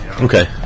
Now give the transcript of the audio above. Okay